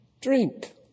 drink